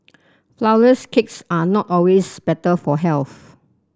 flourless cakes are not always better for health